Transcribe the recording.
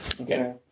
Okay